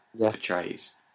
portrays